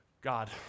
God